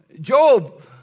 Job